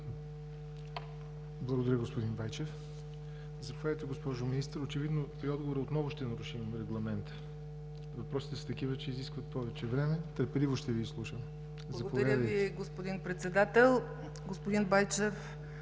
Благодаря, господин Байчев. Заповядайте, госпожо Министър. Очевидно три отговора – отново ще нарушим регламента! Въпросите са такива, че изискват повече време. Търпеливо ще Ви изслушаме. МИНИСТЪР ЦЕЦКА ЦАЧЕВА: Благодаря Ви, господин Председател. Господин Байчев,